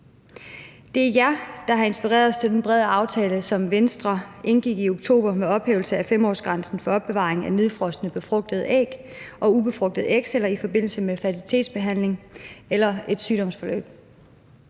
Det er jer, der har inspireret os til den brede aftale, som Venstre indgik i oktober om ophævelse af 5-årsgrænsen for opbevaring af nedfrosne befrugtede æg og ubefrugtede ægceller i forbindelse med fertilitetsbehandling eller et sygdomsforløb.